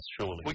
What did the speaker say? surely